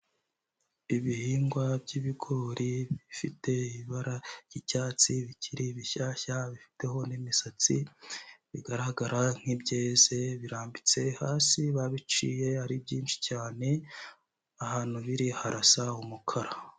Ibihingwa by'ibigori bifite ibara ry'icyatsi, bikiri bishyashya bifiteho n'imisatsi, bigaragara nk'ibyeze, birambitse hasi babiciye ari byinshi cyane, ahantu biri harasa umukara.